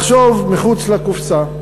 לחשוב מחוץ לקופסה.